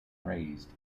raised